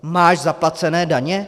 Máš zaplacené daně?